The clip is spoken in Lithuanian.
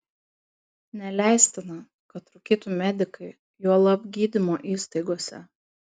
neleistina kad rūkytų medikai juolab gydymo įstaigose